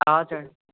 हजुर